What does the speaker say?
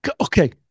Okay